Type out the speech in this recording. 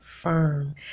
firm